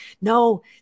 no